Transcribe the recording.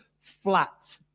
flat